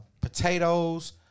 potatoes